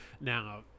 Now